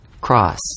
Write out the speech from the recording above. cross